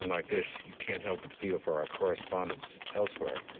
like this you can't help but feel for our correspondents elsewhere.